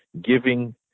Giving